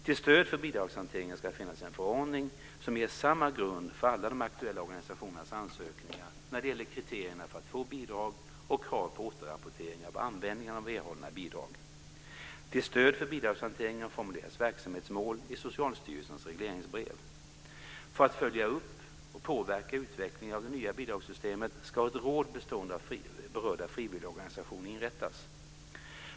Till stöd för bidragshanteringen ska finnas en förordning som ger samma grund för alla de aktuella organisationernas ansökningar när det gäller kriterierna för att få bidrag och krav på återrapporteringar av användningen av erhållna bidrag. Till stöd för bidragshanteringen formuleras verksamhetsmål i Socialstyrelsens regleringsbrev. För att följa upp och påverka utvecklingen av det nya bidragssystemet ska ett råd bestående av berörda frivilligorganisationer inrättas.